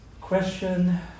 question